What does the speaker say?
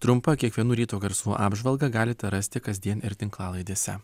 trumpą kiekvienų ryto garsų apžvalgą galite rasti kasdien ir tinklalaidėse